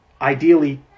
ideally